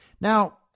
Now